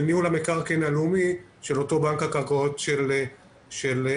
ניהול המקרקעין הלאומי של אותו בנק הקרקעות של ישראל.